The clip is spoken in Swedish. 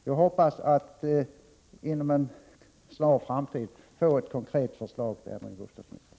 Jag hoppas att vi inom en snar framtid får ett konkret förslag från bostadsministern.